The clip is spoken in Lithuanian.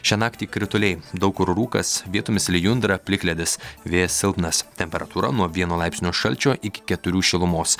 šią naktį krituliai daug kur rūkas vietomis lijundra plikledis vėjas silpnas temperatūra nuo vieno laipsnio šalčio iki keturių šilumos